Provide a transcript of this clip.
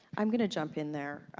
i'm gonna jump in there